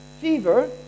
fever